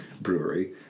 Brewery